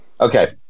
Okay